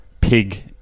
pig